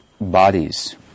bodies